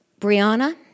Brianna